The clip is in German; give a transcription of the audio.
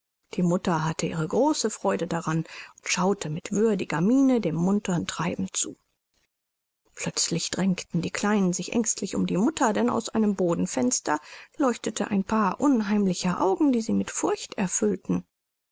die mutter hatte ihre große freude daran und schaute mit würdiger miene dem muntern treiben zu plötzlich drängten die kleinen sich ängstlich um die mutter denn aus einem bodenfenster leuchteten ein paar unheimliche augen die sie mit furcht erfüllten